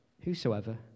Whosoever